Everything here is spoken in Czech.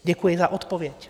Děkuji za odpověď.